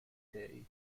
day